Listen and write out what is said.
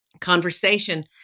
conversation